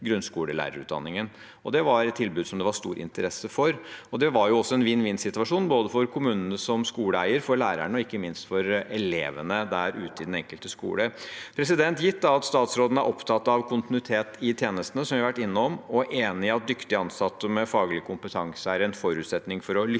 grunnskolelærerutdanningen. Det var et tilbud som det var stor interesse for, og det var også en vinn-vinn-situasjon både for kommunene som skoleeier, for lærerne og ikke minst for elevene der ute i den enkelte skole. Gitt at statsråden er opptatt av kontinuitet i tjenestene, som vi har vært innom, og enig i at dyktige ansatte med faglig kompetanse er en forutsetning for å lykkes